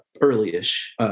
early-ish